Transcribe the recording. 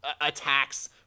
attacks